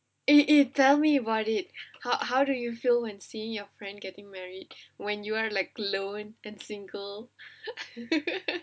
eh eh tell me about it how how do you feel when seeing your friend getting married when you are like alone and single